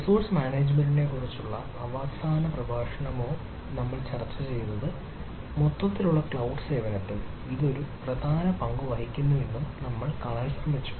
resource മാനേജ്മെന്റിനെക്കുറിച്ചുള്ള അവസാന പ്രഭാഷണമോ അവസാന 2 പ്രഭാഷണങ്ങളോ നമ്മൾ ചർച്ച ചെയ്തത് മൊത്തത്തിലുള്ള ക്ലൌഡ് സേവനത്തിൽ ഇത് ഒരു പ്രധാന പങ്ക് വഹിക്കുന്നുവെന്ന് നമ്മൾ കാണാൻ ശ്രമിച്ചു